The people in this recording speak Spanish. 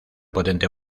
potente